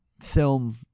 film